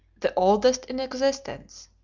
the oldest in existence,